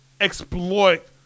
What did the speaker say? exploit